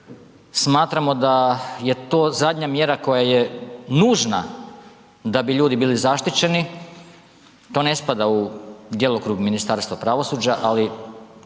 Smatramo da je to zadnja mjera koja je nužna da bi ljudi bili zaštićeni. To ne spada u djelokrug Ministarstva pravosuđa, ali